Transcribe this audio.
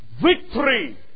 victory